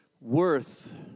worth